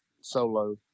solo